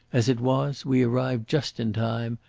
as it was, we arrived just in time,